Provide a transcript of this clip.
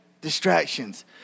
Distractions